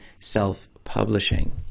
self-publishing